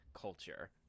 culture